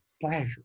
pleasure